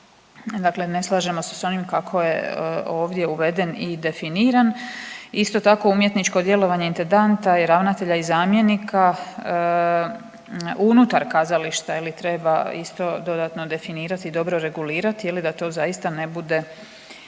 dakle ne slažemo se s onim kako je ovdje uveden i definiran. Isto tako umjetničko djelovanje intendanta i ravnatelja i zamjenika unutar kazališta je li treba isto dodatno definirati i dobro regulirat je li da to zaista ne bude